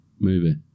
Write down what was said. Movie